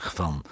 van